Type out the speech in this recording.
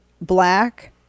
black